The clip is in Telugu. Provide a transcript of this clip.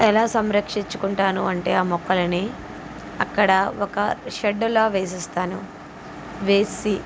ఎలా సంరక్షించుకుంటాను అంటే ఆ మొక్కలని అక్కడ ఒక షెడ్లా వేసేస్తాను వేసి